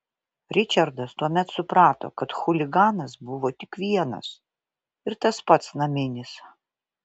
ričardas tuomet suprato kad chuliganas buvo tik vienas ir tas pats naminis